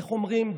איך אומרים?